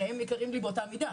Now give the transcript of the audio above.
שניהם יקרים לי באותה מידה,